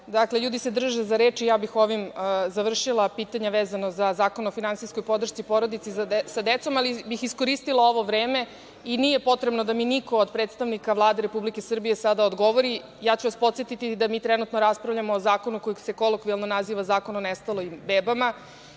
Dakle, ljudi se drže za reč i ja bih ovim završila pitanja vezano za Zakon o finansijskoj podršci porodici sa decom. Ali, iskoristila bih ovo vreme i nije potrebno da mi niko od predstavnika Vlade Republike Srbije sada odgovori. Ja ću vas podsetiti da mi trenutno raspravljamo o zakonu koji se kolokvijalno naziva Zakon o nestalim bebama.